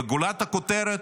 וגולת הכותרת: